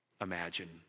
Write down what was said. imagine